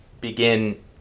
begin